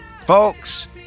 Folks